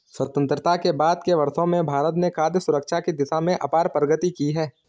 स्वतंत्रता के बाद के वर्षों में भारत ने खाद्य सुरक्षा की दिशा में अपार प्रगति की है